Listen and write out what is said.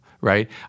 right